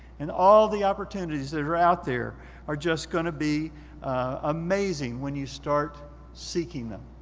and all the opportunities that are out there are just gonna be amazing when you start seeking them.